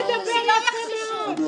שלא יחששו.